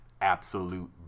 absolute